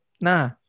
nah